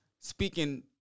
speaking